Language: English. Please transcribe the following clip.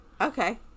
okay